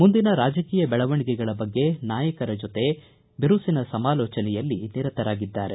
ಮುಂದಿನ ರಾಜಕೀಯ ಬೆಳವಣಿಗೆಗಳ ಬಗ್ಗೆ ನಾಯಕರು ಶಾಸಕರ ಜೊತೆ ಬಿರುಸಿನ ಸಮಾಲೋಚನೆಯಲ್ಲಿ ನಿರತರಾಗಿದ್ದಾರೆ